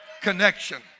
connection